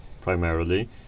primarily